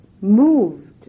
moved